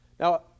Now